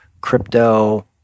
crypto